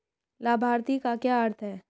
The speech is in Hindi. लाभार्थी का क्या अर्थ है?